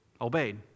obeyed